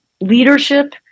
leadership